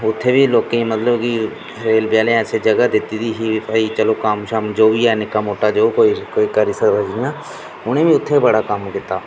उत्थै बी लोकें गी रेलवे आह्लें गी ऐसी जगह् दित्ती दी चलो कम्म शम्म जो बी ऐ निक्का मुट्टा जो कोई करी सकदा जि'यां उ'नें बी उत्थै बड़ा कम्म कीता